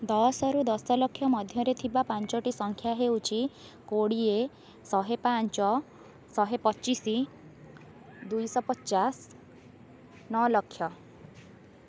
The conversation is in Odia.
ଦଶରୁ ଦଶଲକ୍ଷ ମଧ୍ୟରେ ଥିବା ପାଞ୍ଚଟି ସଂଖ୍ୟା ହେଉଛି କୋଡ଼ିଏ ଶହେ ପାଞ୍ଚ ଶହେ ପଚିଶ ଦୁଇଶହ ପଚାଶ ନଅଲକ୍ଷ